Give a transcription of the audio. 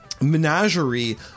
Menagerie